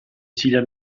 ciglia